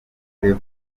les